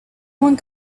one